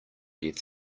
death